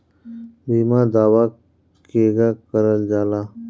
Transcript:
बीमा दावा केगा करल जाला?